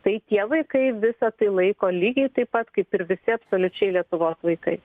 tai tie vaikai visa tai laiko lygiai taip pat kaip ir visi absoliučiai lietuvos vaikai